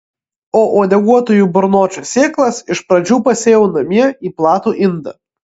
o uodeguotųjų burnočių sėklas iš pradžių pasėjau namie į platų indą